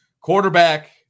quarterback